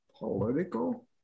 political